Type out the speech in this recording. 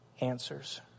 answers